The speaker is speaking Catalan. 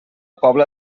pobla